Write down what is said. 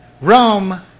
Rome